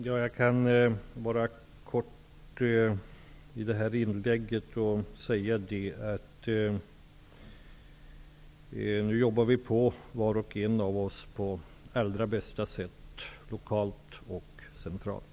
Herr talman! Jag kan kort säga: Nu jobbar vi på, var och en av oss på allra bästa sätt, lokalt och centralt.